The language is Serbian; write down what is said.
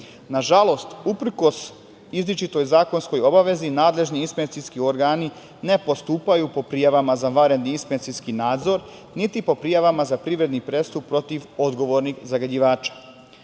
dinara. Nažalost, uprkos izričitoj zakonskoj obavezi nadležni inspekcijski organi ne postupaju po prijavama za vanredni inspekcijski nadzor, niti po prijavama za privredni prestup protiv odgovornih zagađivača. Prethodno